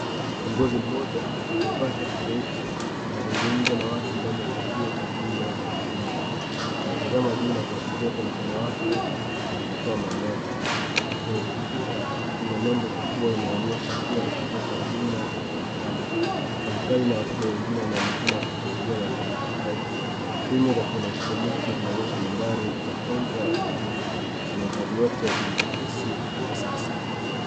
Kiongozi moja amevaa shati jeupe, anazungumza na watu ndani ya kituo cha huduma za uma. Anatazama juu na kuashiria kwa mkono wake anapotoa maelezo. Kwenye ukuta kuna nembo kubwa inaonyesha kuwa ni kitu cha huduma cha serekali. Wafanyakazi na wateja wengine wanaonekana kufuatilia mazungumzo hayo. (cs)Screen(cs),za kieletroniki zinaonyesha nambari za (cs)counter(cs), za huduma. Mahadhari yote ni ya ofisi ya kisasa.